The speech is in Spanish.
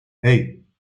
hey